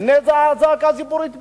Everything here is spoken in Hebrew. ואז זעקה ציבורית באה.